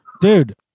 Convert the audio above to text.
dude